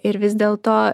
ir vis dėlto